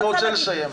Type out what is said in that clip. אני רוצה לסיים.